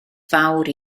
fawr